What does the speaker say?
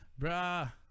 Bruh